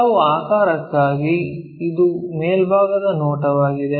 ಕೆಲವು ಆಕಾರಕ್ಕಾಗಿ ಇದು ಮೇಲ್ಭಾಗದ ನೋಟವಾಗಿದೆ